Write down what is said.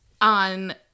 on